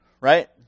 Right